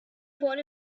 brought